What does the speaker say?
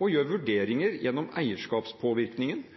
og gjennom eierskapspåvirkningen gjør vurderinger